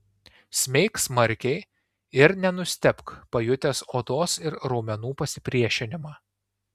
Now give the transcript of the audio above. smeik smarkiai ir nenustebk pajutęs odos ir raumenų pasipriešinimą